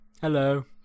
Hello